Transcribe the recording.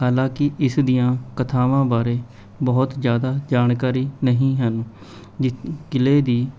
ਹਾਲਾਂਕਿ ਇਸ ਦੀਆਂ ਕਥਾਵਾਂ ਬਾਰੇ ਬਹੁਤ ਜ਼ਿਆਦਾ ਜਾਣਕਾਰੀ ਨਹੀਂ ਹਨ ਕਿਲ੍ਹੇ ਦੀ